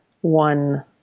one